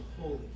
holy